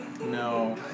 No